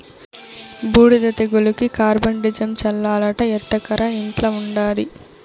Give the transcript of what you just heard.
బూడిద తెగులుకి కార్బండిజమ్ చల్లాలట ఎత్తకరా ఇంట్ల ఉండాది